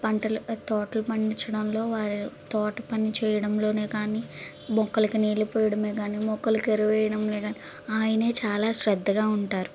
పంటలు తోటలు పండించడంలో వారు తోట పని చేయడంలోనే కానీమొక్కలకి నీళ్ళు పోయడమే కానీ మొక్కలకి ఎరువేయడంలో కానీ ఆయన చాలా శ్రద్ధగా ఉంటారు